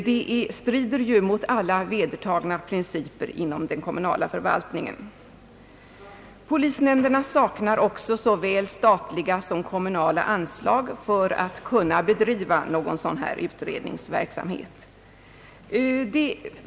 Det strider mot alla vedertagna principer inom den kommunala förvaltningen. Polisnämnderna saknar också såväl statliga som kommunala anslag för att kunna bedriva någon dylik utrednings verksamhet.